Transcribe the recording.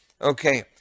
Okay